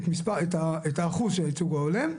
את האחוז של הייצוג ההולם.